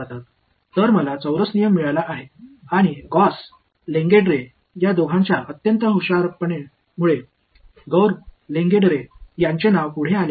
எனவே எனக்கு ஒரு குவாட்ரேச்சர் விதி கிடைத்துள்ளது ஏனெனில் காஸ் மற்றும் லெங்கெட்ரே ஆகியோரின் தீவிர புத்திசாலித்தனம் காரணமாக காஸ் லெங்கெடெரின் பெயர் அவைகளுக்கு வைக்கப்பட்டுள்ளது